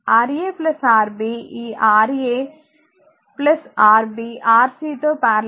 Ra Rb ఈ Ra Rb Rc తో parallel గా ఉంటుంది